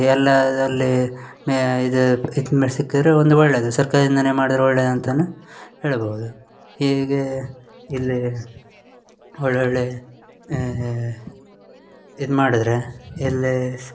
ಎಲ್ಲಾದ್ ಅಲ್ಲಿ ಮೇ ಇದು ಇದ್ಮೇ ಸಿಕಿದ್ರೆ ಒಂದು ಒಳ್ಳೆಯದು ಸರ್ಕಾರ್ದಿಂದಲೇ ಮಾಡಿದ್ರೆ ಒಳ್ಳೇದು ಅಂತನೇ ಹೇಳ್ಬೌದು ಹೀಗೇ ಇಲ್ಲಿ ಒಳ್ಳೊಳ್ಳೆಯ ಇದು ಮಾಡಿದರೆ ಎಲ್ಲೇ ಸ್